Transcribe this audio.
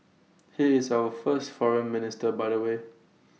he is our first foreign minister by the way